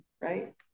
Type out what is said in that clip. right